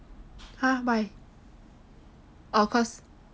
!huh! why orh cause